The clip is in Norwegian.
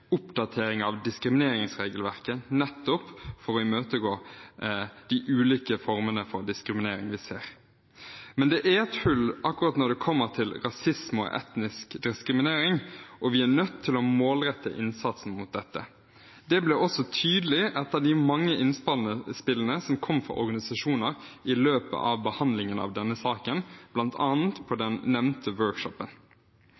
diskrimineringsregelverket nettopp for å imøtegå de ulike formene for diskriminering vi ser. Men det er et hull akkurat når det gjelder rasisme og etnisk diskriminering, og vi er nødt til å målrette innsatsen mot dette. Det ble også tydelig etter de mange innspillene som kom fra organisasjoner i løpet av behandlingen av denne saken, bl.a. på den